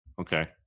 Okay